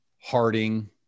Harding